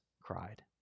cried